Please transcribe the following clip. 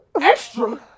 extra